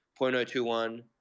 0.021